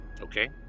Okay